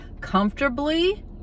comfortably